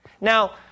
Now